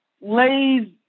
lays